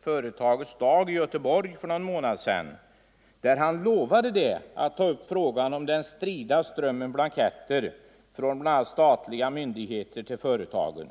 Företagets dag i Göteborg för någon månad sedan, där han lovade att ta upp frågan om den strida strömmen blanketter från bl.a. statliga myndigheter till företagen.